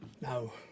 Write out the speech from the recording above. now